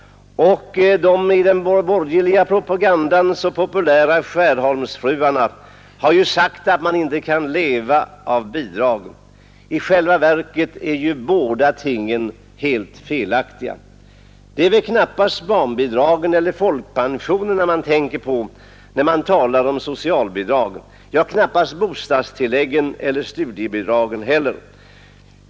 De i den borgerliga propagandan så populära Skärholmsfruarna har ju sagt att man inte kan leva på bidrag. I själva verket är ju båda dessa påståenden helt felaktiga. Det är väl knappast barnbidragen eller folkpensionerna man tänker på, när man talar om socialbidrag — ja, knappast bostadstilläggen eller studiebidragen heller.